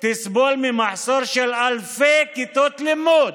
תסבול ממחסור של אלפי כיתות לימוד.